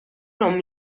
non